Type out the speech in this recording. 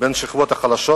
בין השכבות החלשות